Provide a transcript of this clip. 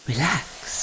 Relax